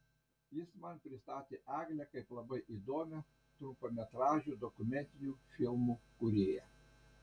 jis man pristatė eglę kaip labai įdomią trumpametražių dokumentinių filmų kūrėją